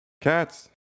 Cats